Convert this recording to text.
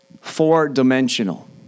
Four-dimensional